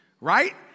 right